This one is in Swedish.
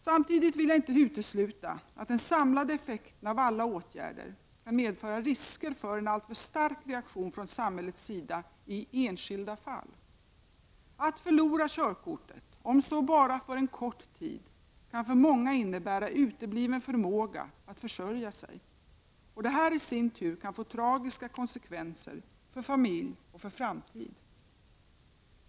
Samtidigt vill jag inte utesluta att den samlade effekten av alla åtgärder kan medföra risker för en alltför stark reaktion från samhällets sida i enskilda fall. Att förlora körkortet, om så bara för en kort tid, kan för många innebära utebliven förmåga att försörja sig, och detta kan i sin tur få tragiska konsekvenser för familj och framtid.